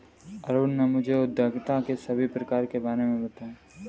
अरुण ने मुझे उद्यमिता के सभी प्रकारों के बारे में बताएं